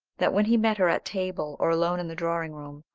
that when he met her at table, or alone in the drawing room,